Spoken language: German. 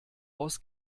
aus